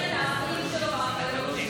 להכיר את האחים שלו והאחיות שלו.